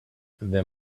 there